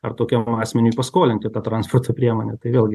ar tokiam asmeniui paskolinti tą transporto priemonę tai vėlgi